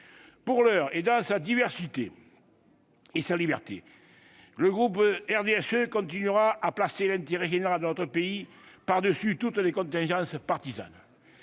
Pour l'heure, et dans sa diversité et sa liberté, le groupe RDSE continuera à placer l'intérêt général de notre pays par-dessus toutes les contingences partisanes.